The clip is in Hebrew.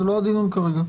זה לא הדיון כרגע.